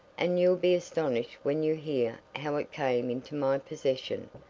and you'll be astonished when you hear how it came into my possession.